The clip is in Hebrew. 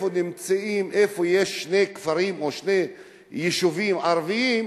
היכן שיש שני כפרים או שני יישובים ערביים,